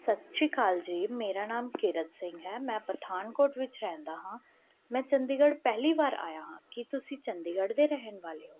ਸਤਿ ਸ਼੍ਰੀ ਅਕਾਲ ਜੀ ਮੇਰਾ ਨਾਮ ਕੀਰਤ ਸਿੰਘ ਹੈ ਮੈਂ ਪਠਾਨਕੋਟ ਵਿੱਚ ਰਹਿੰਦਾ ਹਾਂ ਮੈਂ ਚੰਡੀਗੜ੍ਹ ਪਹਿਲੀ ਵਾਰ ਆਇਆ ਹਾਂ ਕੀ ਤੁਸੀਂ ਚੰਡੀਗੜ੍ਹ ਦੇ ਰਹਿਣ ਵਾਲੇ ਹੋ